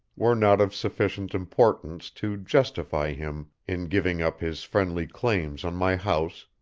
were not of sufficient importance to justify him in giving up his friendly claims on my house,